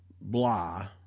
blah